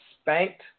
spanked